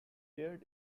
beard